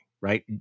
right